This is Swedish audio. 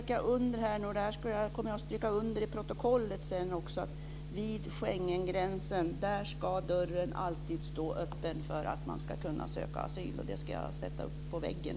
Några saker kommer jag att stryka under i protokollet sedan, bl.a.: Vid Schengengränsen ska dörren alltid stå öppen för att man ska kunna söka asyl. Detta ska jag sätta upp på väggen.